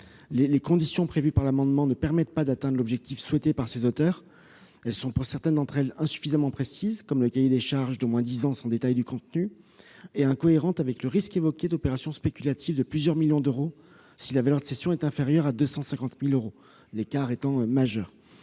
Les conditions prévues ne permettent pas d'atteindre l'objectif souhaité par les auteurs de l'amendement. Certaines de ces conditions sont insuffisamment précises- comme le cahier des charges d'au moins dix ans sans détail sur le contenu -, et incohérentes avec le risque évoqué d'opérations spéculatives de plusieurs millions d'euros si la valeur de cession est inférieure à 250 000 euros, l'écart étant majeur.